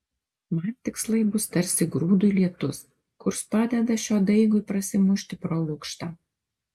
man tikslai bus tarsi grūdui lietus kurs padeda šio daigui prasimušti pro lukštą